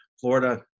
florida